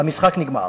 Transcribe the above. המשחק נגמר.